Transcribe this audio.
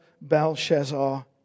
Belshazzar